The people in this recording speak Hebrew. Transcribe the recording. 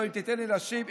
תיתן לי להשיב.